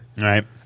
Right